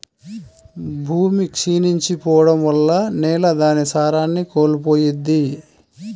భూమి క్షీణించి పోడం వల్ల నేల దాని సారాన్ని కోల్పోయిద్ది